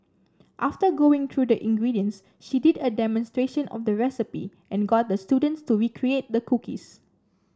after going through the ingredients she did a demonstration of the recipe and got the students to recreate the cookies